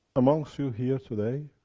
amongst you here today,